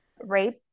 rape